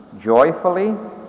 joyfully